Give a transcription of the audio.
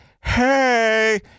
hey